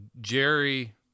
Jerry